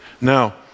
now